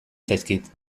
zaizkit